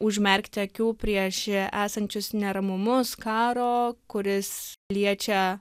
užmerkti akių prieš esančius neramumus karo kuris liečia